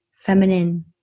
feminine